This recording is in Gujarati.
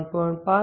38 35